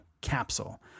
capsule